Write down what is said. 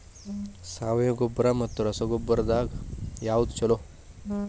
ಸಾವಯವ ಗೊಬ್ಬರ ಮತ್ತ ರಸಗೊಬ್ಬರದಾಗ ಯಾವದು ಛಲೋ?